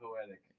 poetic